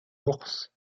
bourse